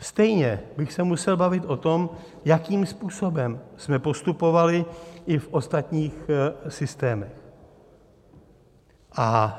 Stejně bych se musel bavit o tom, jakým způsobem jsme postupovali i v ostatních systémech.